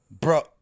Bro